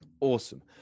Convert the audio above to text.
Awesome